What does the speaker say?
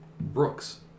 Brooks